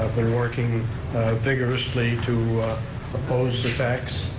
been working vigorously to oppose the tax.